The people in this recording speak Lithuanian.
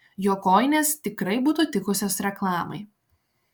jo kojinės tikrai būtų tikusios reklamai